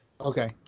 okay